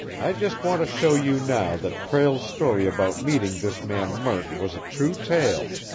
i just want to show you now that prale's story about meeting this man murk was a true tale.